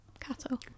cattle